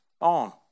on